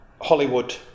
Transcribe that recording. Hollywood